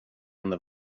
under